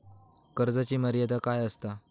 कर्जाची मर्यादा काय असता?